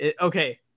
okay